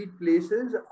places